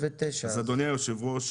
אדוני היושב ראש,